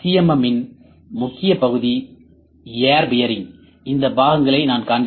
M இன் முக்கிய பகுதிகள் ஏர் பியரிங் இந்த பாகங்களை நான் காண்பிப்பேன்